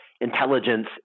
intelligence